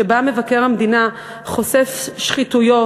שבה מבקר המדינה חושף שחיתויות,